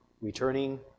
returning